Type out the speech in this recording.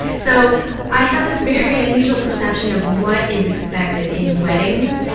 so i have this very unusual perception of what is expected in weddings.